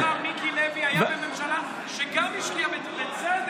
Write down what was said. שר האוצר מיקי לוי היה בממשלה שגם השקיעה בצדק,